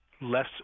less